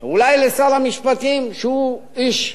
אולי לשר המשפטים, שהוא איש נאמן,